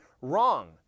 wrong